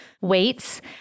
weights